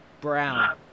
brown